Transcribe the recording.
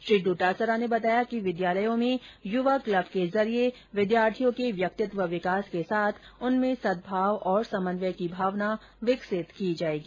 श्री डोटासरा ने बताया कि विद्यालयों में युवा क्लब के जरिये विद्यार्थियों के व्यक्तित्व विकास के साथ उनमें सद्भाव और समन्वय की भावना विकसित की जायेगी